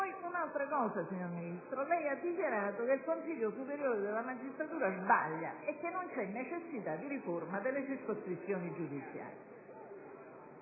un'altra questione. Signor Ministro, lei ha dichiarato che il Consiglio superiore della magistratura sbaglia e che non c'è necessità di riforma delle circoscrizioni giudiziarie.